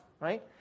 right